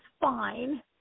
fine